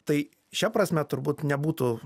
tai šia prasme turbūt nebūtų